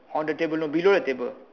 on the table no below the table